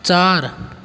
चार